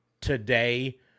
today